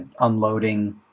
Unloading